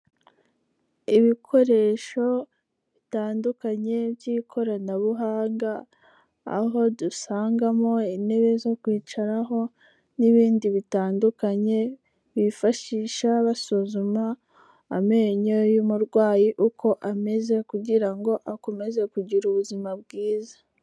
Ibikoresho bitandukanye by'ikoranabuhanga, aho dusangamo intebe zo kwicaraho n'ibindi bitandukanye, bifashisha basuzuma amenyo y'umurwayi uko ameze kugira ngo akomeze kugira ubuzima bwiza.